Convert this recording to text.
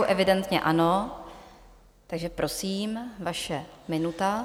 Evidentně ano, takže prosím, vaše minuta.